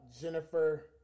Jennifer